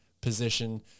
position